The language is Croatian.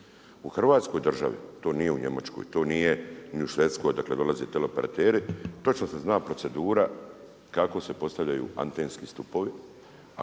U Hrvatskoj državi, to nije u Njemačkoj, to nije ni u Švedskoj, dakle, dolaze teleoperateri, točno se zna procedura, kako se postavljaju antenski stupovi,